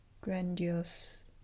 grandiose